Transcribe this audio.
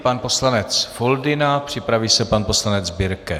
Pan poslanec Foldyna, připraví se pan poslanec Birke.